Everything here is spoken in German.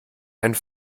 einen